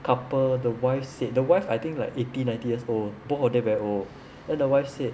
couple the wife said the wife I think like eighteen ninety years old both of them very old then the wife said